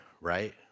right